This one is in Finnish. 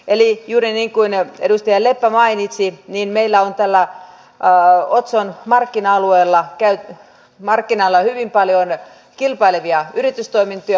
eli juuri niin kuin edustaja leppä mainitsi meillä on tällä otson markkina alueella hyvin paljon kilpailevia yritystoimintoja